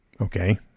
Okay